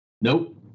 nope